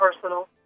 personal